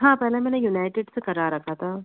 हाँ पहले मैंने यूनाइटेड से करा रखा था